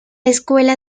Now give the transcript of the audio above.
escuela